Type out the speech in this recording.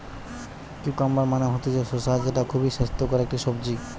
cucumber মানে হতিছে শসা যেটা খুবই স্বাস্থ্যকর একটি সবজি